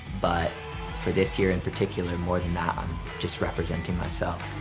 but for this year in particular, more than that, i'm just representing myself.